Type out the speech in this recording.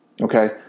Okay